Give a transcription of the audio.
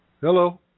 Hello